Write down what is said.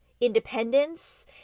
independence